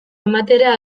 ematera